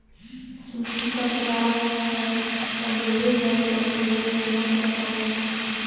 सूती कपड़ा हर पहिरे बर सबले बड़िहा कपड़ा होथे